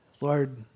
Lord